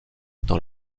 dans